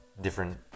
different